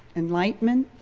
enlightenment,